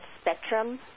spectrum